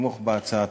לתמוך בהצעה.